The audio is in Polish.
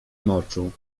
moczu